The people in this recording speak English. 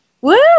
Woo